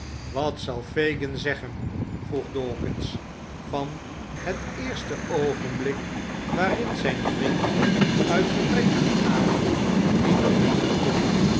wat zal fagin zeggen vroeg dawkins van het eerste oogenblik waarin zijn vriend uit gebrek aan adem niet meer lachen kon